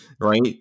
right